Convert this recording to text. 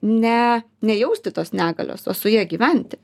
ne nejausti tos negalios o su ja gyventi